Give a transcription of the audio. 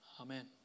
Amen